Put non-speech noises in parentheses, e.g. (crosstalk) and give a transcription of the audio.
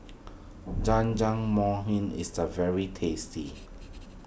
(noise) Jajangmyeon is the very tasty (noise)